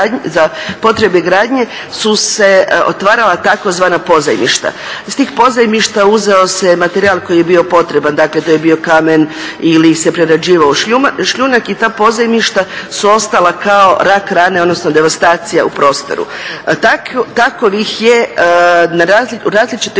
su se otvarala tzv. pozajmišta. Iz tih pozajmišta uzeo se materijal koji je bio potreban, dakle to je bio kamen ili se prerađivao u šljunak i ta pozajmišta su ostala kao rak rane, odnosno devastacija u prostoru. Takvih je u različitoj